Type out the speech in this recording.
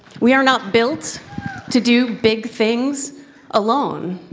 we are not built to do big things alone.